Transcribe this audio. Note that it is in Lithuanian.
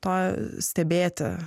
to stebėti